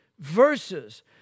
Verses